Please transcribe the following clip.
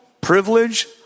privilege